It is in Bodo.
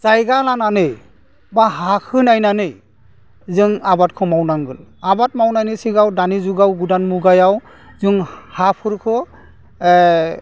जायगा लानानै बा हाखौ नायनानै जों आबादखौ मावनांगोन आबाद मावनायनि सिगां दानि जुगाव गोदान मुगायाव जों हाफोरखौ